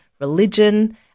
religion